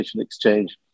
exchange